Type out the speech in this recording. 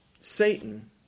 Satan